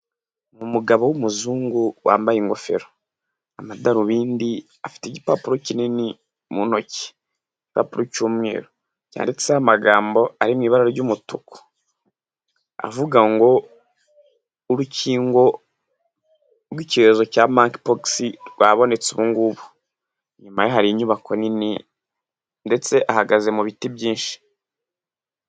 Umugabo w'umuzungu wambaye ingofero, amadarubindi, afite igipapuro kinini mu ntoki. Igipapuro cy'umweru, cyanditseho amagambo ari mu ibara ry'umutuku avuga ngo: "Urukingo rw'icyorezo cya Monkey pox rwabonetse ubu ngubu." Inyuma ye hari inyubako nini, ndetse ahagaze mu biti byinshi.